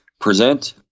Present